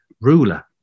ruler